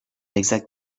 exact